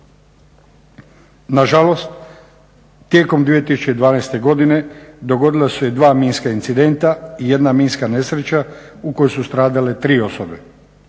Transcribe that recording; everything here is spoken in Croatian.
Na žalost, tijekom 2012. godine dogodila su se dva minska incidenta i jedna minska nesreća u kojoj su stradale tri osobe.